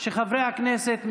שחברי הכנסת מהאופוזיציה,